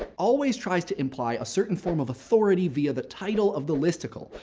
ah always tries to imply a certain form of authority via the title of the listicle.